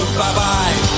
bye-bye